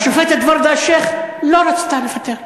והשופטת ורדה אלשיך לא רצתה לפטר,